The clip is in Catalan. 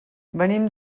venim